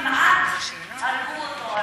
כמעט הרגו אותו,